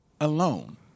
alone